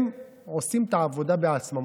הם עושים את העבודה בעצמם.